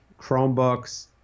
Chromebooks